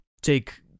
take